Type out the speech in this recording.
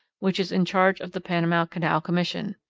which is in charge of the panama canal commission.